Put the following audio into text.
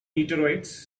meteorites